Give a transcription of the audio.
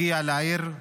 הגיע לעיר,